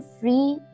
free